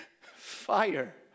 Fire